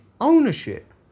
ownership